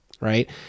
right